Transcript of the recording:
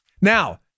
Now